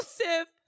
Joseph